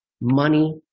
money